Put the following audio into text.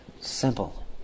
Simple